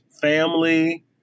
family